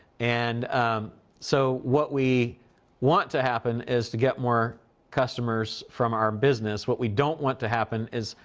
and so, what we want to happen is to get more customers from our business. what we don't want to happen is,